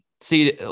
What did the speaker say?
see –